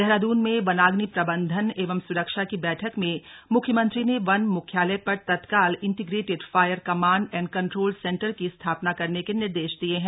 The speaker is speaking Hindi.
देहराद्रन में वनाग्नि प्रबंधन एवं स्रक्षा की बैठक में मुख्यमंत्री वन मुख्यालय पर तत्काल integrated fire command and control centre की स्थापना करने के निर्देश दिये हैं